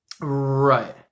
Right